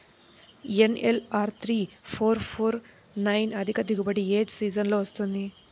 NLR three four four four nine అధిక దిగుబడి ఏ సీజన్లలో వస్తుంది?